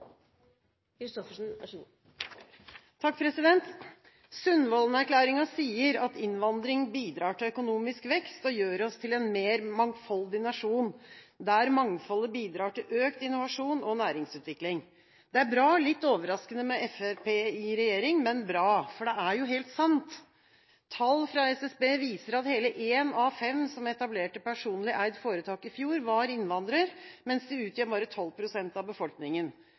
sier at innvandring bidrar til økonomisk vekst og gjør oss til en mer mangfoldig nasjon, der mangfoldet bidrar til økt innovasjon og næringsutvikling. Det er bra, litt overraskende med Fremskrittspartiet i regjering, men bra, for det er jo helt sant. Tall fra SSB viser at hele én av fem som etablerte personlig eid foretak i fjor, var innvandrer, og de utgjør bare 12 pst. av